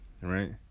right